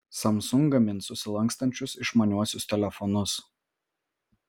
samsung gamins susilankstančius išmaniuosius telefonus